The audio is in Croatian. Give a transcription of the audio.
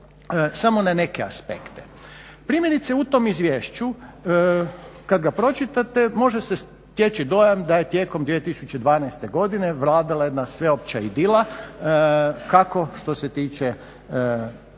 samo na neke aspekte. Primjerice u tom izvješću kad ga pročitate može se steći dojam da je tijekom 2012.godine vladala jedna sveopća idila kako što se tiče